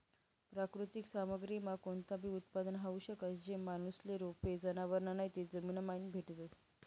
प्राकृतिक सामग्रीमा कोणताबी उत्पादन होऊ शकस, जे माणूसले रोपे, जनावरं नैते जमीनमाईन भेटतस